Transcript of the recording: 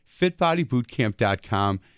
fitbodybootcamp.com